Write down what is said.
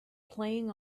playing